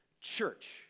church